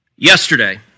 Yesterday